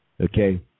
Okay